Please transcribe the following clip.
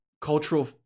cultural